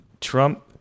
Trump